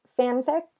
fanfic